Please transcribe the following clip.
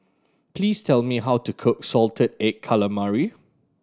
please tell me how to cook salted egg calamari